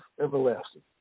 everlasting